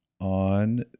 on